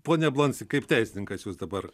pone blonsi kaip teisininkas jūs dabar